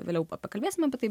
vėliau pakalbėsime apie tai